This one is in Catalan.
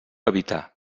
evitar